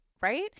right